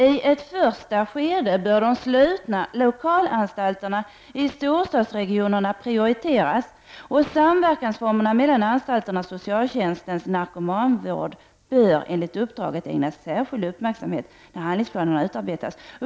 I ett första skede bör de slutna lokalanstalterna i storstadsregionerna prioriteras. Samverkansformerna mellan anstalten och socialtjänstens narkomanvård bör, enligt uppdraget, ägnas särskild uppmärksamhet när handlingsplanerna utarbetas.